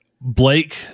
Blake